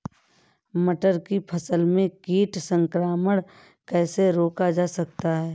मटर की फसल में कीट संक्रमण कैसे रोका जा सकता है?